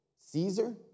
Caesar